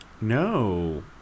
No